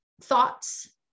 thoughts